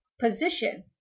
position